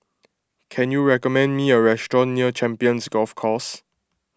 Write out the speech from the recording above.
can you recommend me a restaurant near Champions Golf Course